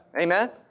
Amen